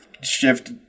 shift